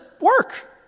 work